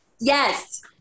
Yes